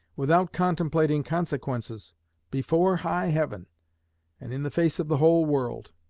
without contemplating consequences, before high heaven and in the face of the whole world,